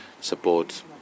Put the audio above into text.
support